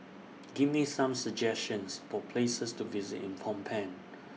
Give Me Some suggestions For Places to visit in Phnom Penh